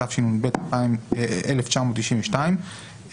התשנ"ב 1992,